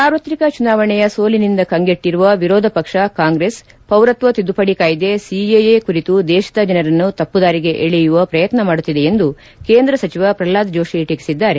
ಸಾರ್ವತ್ರಿಕ ಚುನಾವಣೆಯ ಸೋಲಿನಿಂದ ಕಂಗೆಟ್ಟರುವ ವಿರೋಧ ಪಕ್ಷ ಕಾಂಗ್ರೆಸ್ ಪೌರತ್ವ ತಿದ್ದುಪಡಿ ಕಾಯಿದೆ ಸಿಎಎ ಕುರಿತು ದೇಶದ ಜನರನ್ನು ತಪ್ಪು ದಾರಿಗೆ ಎಳೆಯುವ ಪ್ರಯತ್ನ ಮಾಡುತ್ತಿದೆ ಎಂದು ಕೇಂದ್ರ ಸಚಿವ ಪ್ರಲ್ನಾದ್ ಜೋಷಿ ಟೀಕಿಸಿದ್ದಾರೆ